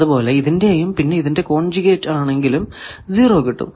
അതുപോലെ ഇതിന്റെയും പിന്നെ ഇതിന്റെ കോൺജ്യൂഗെറ്റ് ആണെങ്കിൽ 0 കിട്ടും